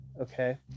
Okay